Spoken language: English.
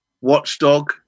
watchdog